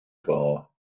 yno